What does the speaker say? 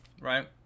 right